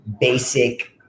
basic